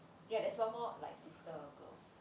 ya there's one more like sister or girl